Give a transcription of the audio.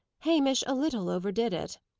hamish a little overdid it.